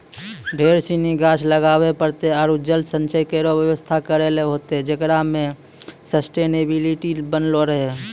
ढेर सिनी गाछ लगाबे पड़तै आरु जल संचय केरो व्यवस्था करै ल होतै जेकरा सें सस्टेनेबिलिटी बनलो रहे